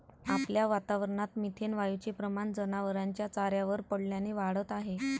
आपल्या वातावरणात मिथेन वायूचे प्रमाण जनावरांच्या चाऱ्यावर पडल्याने वाढत आहे